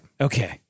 Okay